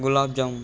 gulab jamun